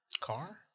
car